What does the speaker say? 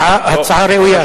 הצעה ראויה.